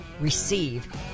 receive